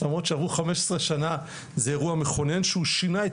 למרות שעברו 15 שנה - זה אירוע מכונן שהוא שינה את